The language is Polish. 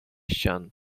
ścian